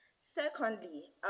Secondly